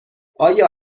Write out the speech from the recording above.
آیا